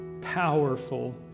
powerful